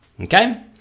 Okay